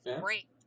Great